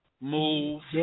move